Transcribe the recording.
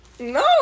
No